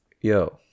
Yo